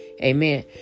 amen